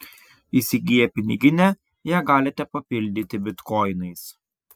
įsigiję piniginę ją galite papildyti bitkoinais